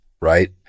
right